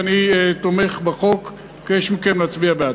ואני תומך בחוק ומבקש מכם להצביע בעד.